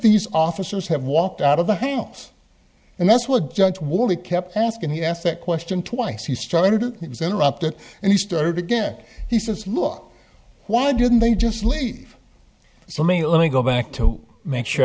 these officers have walked out of the house and that's what judge wally kept asking he asked that question twice he started it was interrupted and he started again he says look why didn't they just leave so i mean let me go back to make sure